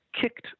kicked